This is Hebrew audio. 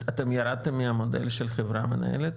אתם ירדתם מהמודל של חברה מנהלת?